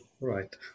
Right